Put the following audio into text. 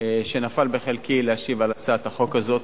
שנפל בחלקי להשיב על הצעת החוק הזאת.